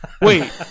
Wait